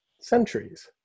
centuries